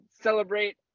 celebrate